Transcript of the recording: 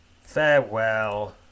farewell